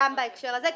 גם בהקשר הזה,